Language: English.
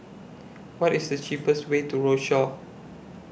What IS The cheapest Way to Rochor